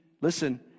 listen